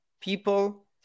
people